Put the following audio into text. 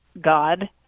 God